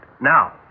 Now